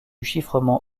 chiffrement